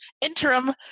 interim